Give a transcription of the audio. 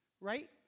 right